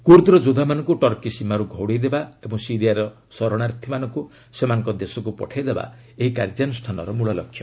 କୁର୍ଦ୍ଦର ଯୋଦ୍ଧାମାନଙ୍କୁ ଟର୍କୀ ସୀମାରୁ ଘଉଡ଼ାଇ ଦେବା ଓ ସିରିଆର ସରଣାର୍ଥୀମାନଙ୍କୁ ସେମାନଙ୍କ ଦେଶକୁ ପଠାଇଦେବା ଏହି କାର୍ଯ୍ୟାନୁଷ୍ଠାନର ମୂଳ ଲକ୍ଷ୍ୟ